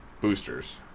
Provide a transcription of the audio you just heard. boosters